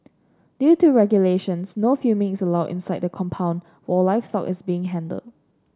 due to regulations no filming is allowed inside the compound while livestock is being handled